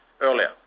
earlier